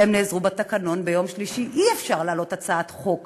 והם נעזרו בתקנון: ביום שלישי אי-אפשר להעלות הצעת חוק